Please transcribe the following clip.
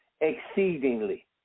exceedingly